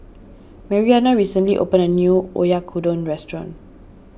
Marianna recently opened a new Oyakodon restaurant